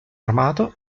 armato